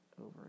over